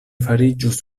fariĝus